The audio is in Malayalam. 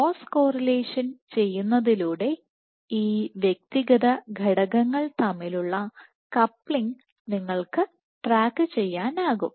ക്രോസ് കോറിലേഷൻ ചെയ്യുന്നതിലൂടെ ഈ വ്യക്തിഗത ഘടകങ്ങൾ തമ്മിലുള്ള കപ്ലിങ്ങ് നിങ്ങൾക്ക് ട്രാക്കുചെയ്യാനാകും